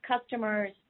customers